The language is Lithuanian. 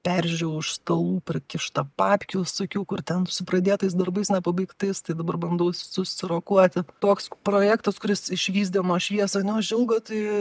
peržiūriu už stalų prikišta papkių visokių kur ten su pradėtais darbais nepabaigtais tai dabar bandau susirokuoti toks projektas kuris išvys dienos šviesą neužilgo tai